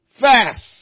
fast